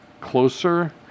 closer